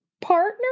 partner